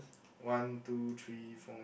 one two three four